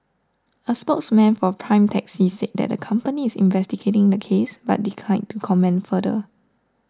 a spokesman for Prime Taxi said that the company is investigating the case but declined to comment further